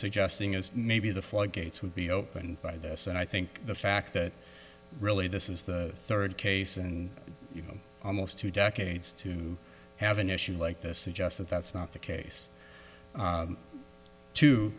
suggesting is maybe the floodgates would be opened by this and i think the fact that really this is the third case and you know almost two decades to have an issue like this suggest that that's not the case